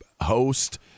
host